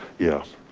yes,